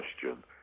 Question